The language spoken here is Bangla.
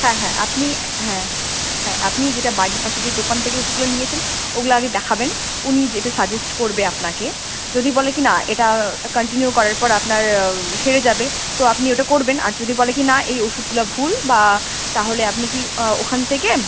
হ্যাঁ হ্যাঁ আপনি হ্যাঁ হ্যাঁ আপনি যেটা বাড়ির পাশে যে দোকান থেকে ওষুধগুলো নিয়েছেন ওগুলো আগে দেখাবেন উনি যেটা সাজেস্ট করবে আপনাকে যদি বলে কী না এটা কন্টিনিউ করার পর আপনার সেরে যাবে তো আপনি ওটা করবেন আর যদি বলে কী না এই ওষুধগুলো ভুল বা তাহলে আপনি কি ওখান থেকে